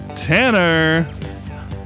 Tanner